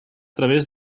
través